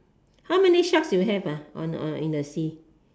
how many sharks you have ah on on in the sea